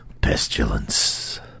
Pestilence